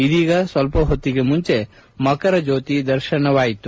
ಇದೀಗ ಸ್ವಲ್ಪ ಹೊತ್ತಿಗೆ ಮುಂಚೆ ಮಕರ ಜ್ಞೋತಿ ದರ್ಶನವಾಯಿತು